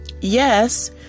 Yes